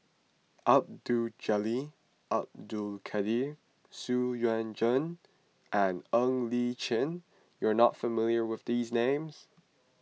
Abdul Jalil Abdul Kadir Xu Yuan Zhen and Ng Li Chin you are not familiar with these names